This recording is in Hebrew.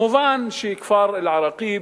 מובן שהכפר אל-עראקיב